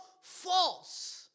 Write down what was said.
false